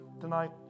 tonight